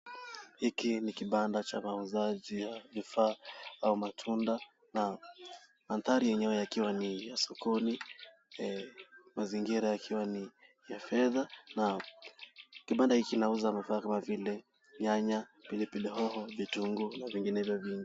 Hiki ni kibanda cha mauzaji ya vifaa au matunda na mandhari yenyewe yakiwa ni ya sokoni, mazingira yakiwa ni ya fedha na kibanda hiki kinauza bidhaa kama vile nyanya, pilipili hoho, vitunguu na vinginevyo vingi.